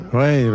ouais